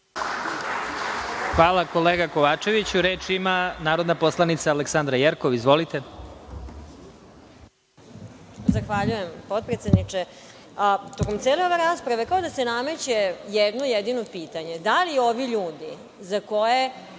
Hvala kolega Kovačeviću. Reč ima narodna poslanica Aleksandra Jerkov. Izvolite. **Aleksandra Jerkov** Zahvaljujem potpredsedniče. Tokom cele ove rasprave kao da se nameće jedno jedino pitanje – da li ovi ljudi za koje